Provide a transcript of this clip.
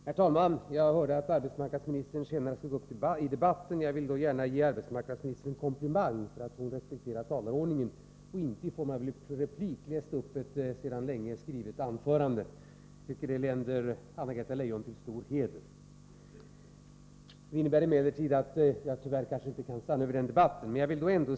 Vidremissav Herr talman! Jag hörde att arbetsmarknadsministern senare skulle gåuppi — kom pletteringsprodebatten. Jag vill då gärna ge arbetsmarknadsministern en komplimang för positionen att hon respekterar talarordningen och inte i form av replik läser upp ett sedan länge skrivet anförande. Jag tycker att det länder Anna-Greta Leijon till stor heder. Detta innebär emellertid att jag tyvärr kanske inte kan stanna under den delen av debatten.